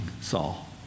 Saul